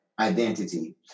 Identity